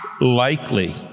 likely